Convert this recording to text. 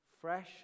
fresh